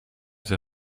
ses